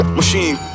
Machine